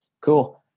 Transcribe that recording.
cool